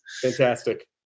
fantastic